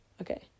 Okay